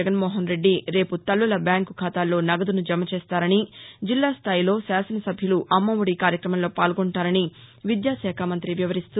జగన్మోహన్రెడ్డి రేపు తల్లుల బ్యాంకు ఖాతాల్లో నగదును జమ చేస్తారని జిల్లా స్థాయిలో శాసన సభ్యులు అమ్మఒడి కార్యక్రమంలో పాల్గొంటారని విద్యాశాఖ మంతి వివరిస్తూ